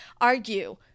argue